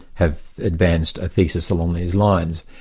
have advanced a thesis along these lines.